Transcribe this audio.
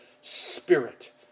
spirit